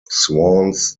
swans